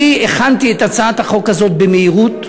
אני הכנתי את הצעת החוק הזאת במהירות.